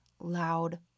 loud